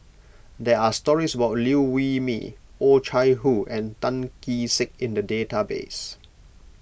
there are stories about Liew Wee Mee Oh Chai Hoo and Tan Kee Sek in the database